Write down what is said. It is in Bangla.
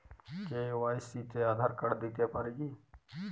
কে.ওয়াই.সি তে আধার কার্ড দিতে পারি কি?